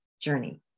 journey